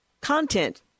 content